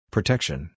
Protection